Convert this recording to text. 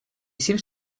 seems